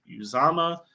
Uzama